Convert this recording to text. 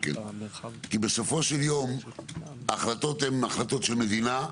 כי בסופו של יום ההחלטות הן החלטות של מדינה,